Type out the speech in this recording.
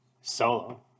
solo